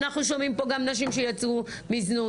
אנחנו שומעים פה גם נשים שיצאו מזנות.